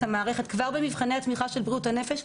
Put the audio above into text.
המערכת כבר במבחני התמיכה של בריאות הנפש.